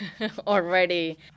already